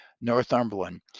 Northumberland